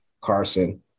Carson